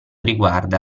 riguarda